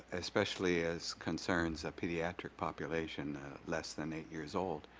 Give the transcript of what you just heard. especially as concerns of pediatric population less than eight years old,